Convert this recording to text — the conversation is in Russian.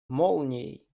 молнией